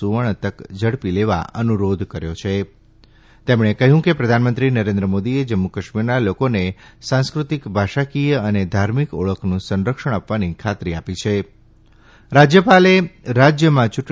સુવર્ણ તક ઝડપી લેવા અનુરોધ કર્યો છે પ્રધાનમંત્રી નરેન્દ્ર મોદીએ જમ્મુકાશ્મીરના લોકોને સાંસ્કૃતિક ભાષાકિય અને ધાર્મિક ઓળખનું સંરક્ષણ કરવાની ખાતરી આપી છેરાજ્યપાલે રાજ્યમાં યૂંટણી